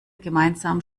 gemeinsam